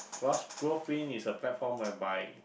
because is a platform whereby